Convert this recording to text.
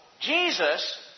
Jesus